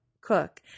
cook